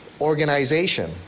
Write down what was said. organization